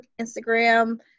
Instagram